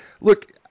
Look